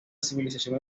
civilización